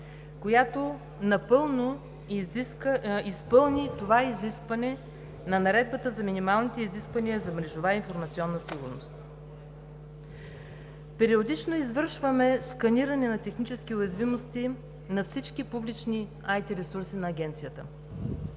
която напълно изпълни изискването на Наредбата за минималните изисквания за мрежова информационна сигурност. Периодично извършваме сканиране на технически уязвимости на всички публични АТ ресурси на Агенцията.